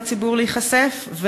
התחשבו בסכנה שאליה עלול הציבור להיחשף?